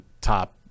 top